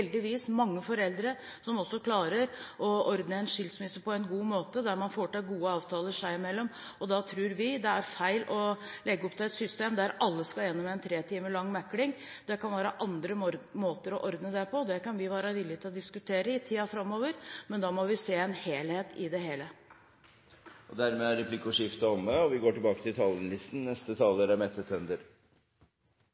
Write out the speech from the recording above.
heldigvis mange foreldre som klarer å ordne en skilsmisse på en god måte og får til gode avtaler seg imellom, og da tror vi det er feil å legge opp til et system der alle skal igjennom en tre timer lang mekling. Det kan være andre måter å ordne det på, og det kan vi være villige til å diskutere i tiden framover, men da må vi se en helhet i det hele. Replikkordskiftet er omme. Voksne for Barn har en fin plakat som jeg ønsker meg til